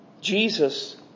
Jesus